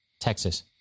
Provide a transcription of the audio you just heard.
texas